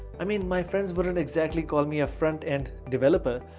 i mean, my friends wouldn't exactly call me a front end developer,